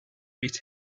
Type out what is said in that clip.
beat